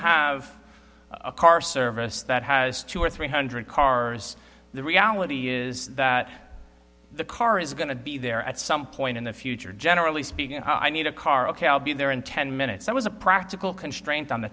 have a car service that has two or three hundred cars the reality is that the car is going to be there at some point in the future generally speaking i need a car ok i'll be there in ten minutes i was a practical constraint on the